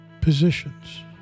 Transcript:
positions